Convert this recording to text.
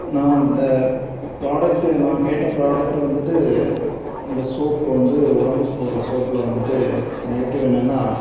நான் அந்த ப்ராடெக்ட்டு நான் கேட்ட ப்ராடெக்ட் வந்துட்டு அந்த சோப்பு வந்து உடம்புக்கு போடுற சோப்பில் வந்துட்டு நெகட்டிவ் என்னென்னா